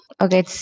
Okay